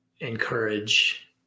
encourage